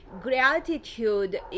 gratitude